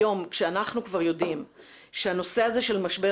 היום כשאנחנו כבר יודעים שהנושא הזה של משבר